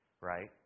right